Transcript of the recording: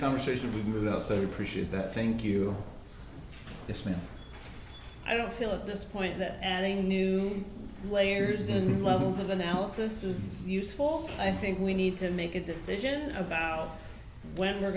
conversation we move outside appreciate that think you this minute i don't feel at this point that adding new layers in levels of analysis is useful i think we need to make a decision about when they're